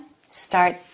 start